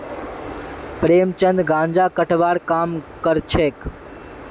प्रेमचंद गांजा कटवार काम करछेक